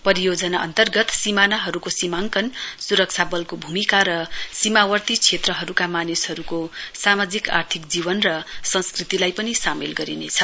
परियोजना अन्तर्गत सीमानाहरूको सीमाङ्कन स्रक्षा बलको भूमिका र सीमावर्ती क्षेत्रहरूका मानिसहरूको सामाजिक आर्थिक जीवन र संस्कृतिलाई पनि सामेल गरिनेछ